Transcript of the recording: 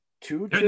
two